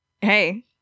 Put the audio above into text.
hey